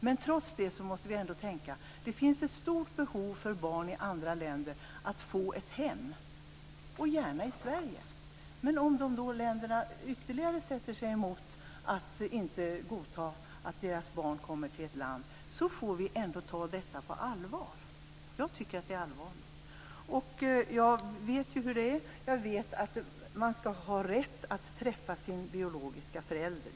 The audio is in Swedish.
Men trots det finns det ett stort behov för barn i andra länder att få ett hem och gärna i Sverige. Om dessa länder ytterligare sätter sig emot att deras barn adopteras till Sverige får vi ändå ta detta på allvar. Jag vet ju hur det är. Jag tycker att man skall ha rätt att träffa sin biologiska förälder.